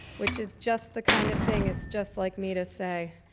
which is just the kind of thing it's just like me to say.